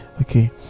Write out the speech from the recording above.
okay